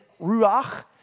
ruach